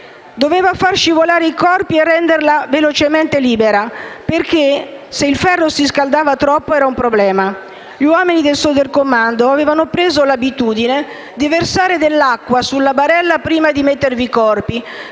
Doveva fare scivolare i corpi e riprenderla velocemente, prima che il ferro si scaldasse troppo. Gli uomini del Sonderkommando avevano preso l'abitudine di versare dell'acqua sulla barella prima di disporvi i corpi,